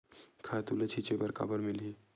खातु ल छिंचे बर काबर मिलही?